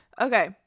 okay